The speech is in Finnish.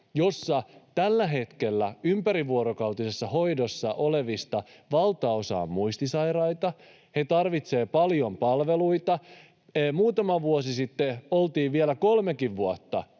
jossa tällä hetkellä ympärivuorokautisessa hoidossa olevista valtaosa on muistisairaita. He tarvitsevat paljon palveluita. Muutama vuosi sitten oltiin vielä kolmekin vuotta